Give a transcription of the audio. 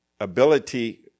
ability